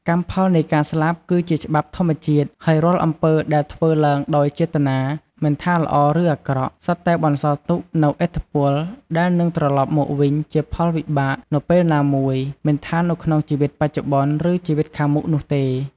កម្មផលនៃការស្លាប់ គឺជាច្បាប់ធម្មជាតិ ហើយរាល់អំពើដែលធ្វើឡើងដោយចេតនា មិនថាល្អឬអាក្រក់ សុទ្ធតែបន្សល់ទុកនូវឥទ្ធិពល ដែលនឹងត្រឡប់មកវិញជាផលវិបាកនៅពេលណាមួយ មិនថានៅក្នុងជីវិតបច្ចុប្បន្ន ឬជីវិតខាងមុខនោះទេ។